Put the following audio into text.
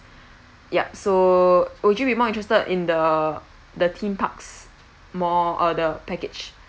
ya so would you be more interested in the the theme parks more uh the package